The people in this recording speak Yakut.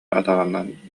атаҕынан